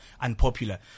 unpopular